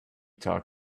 talk